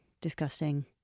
disgusting